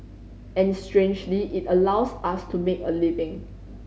and strangely it allows us to make a living